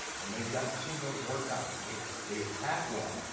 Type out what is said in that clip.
and they've got signals worked out, in case they attack one,